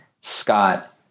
Scott